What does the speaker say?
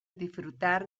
disfrutar